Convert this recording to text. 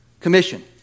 commission